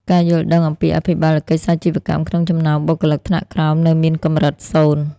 ការយល់ដឹងអំពីអភិបាលកិច្ចសាជីវកម្មក្នុងចំណោមបុគ្គលិកថ្នាក់ក្រោមនៅមានកម្រិតសូន្យ។